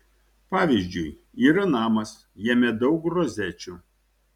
pavyzdžiui yra namas jame daug rozečių